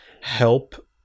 help